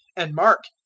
and mark!